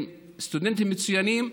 הם סטודנטים מצוינים,